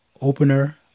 Opener